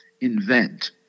Invent